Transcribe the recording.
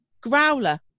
growler